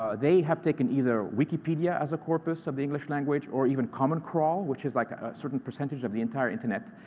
ah they have taken either wikipedia as a corpus of the english language, or even common crawl, which is like a certain percentage of the entire internet,